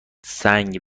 سنگ